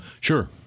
Sure